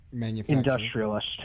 industrialist